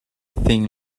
thing